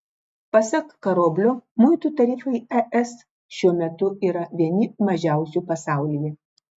pasak karoblio muitų tarifai es šiuo metu yra vieni mažiausių pasaulyje